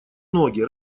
ноги